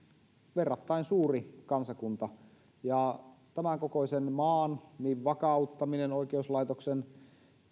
verrattain suuri kansakunta tämän kokoisessa maassa niin vakauttaminen oikeuslaitoksen